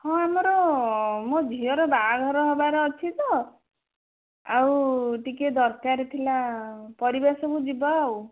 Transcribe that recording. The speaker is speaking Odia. ହଁ ଆମର ମୋ ଝିଅର ବାହାଘର ହେବାର ଅଛି ତ ଆଉ ଟିକିଏ ଦରକାର ଥିଲା ପରିବା ସବୁ ଯିବ ଆଉ